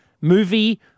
movie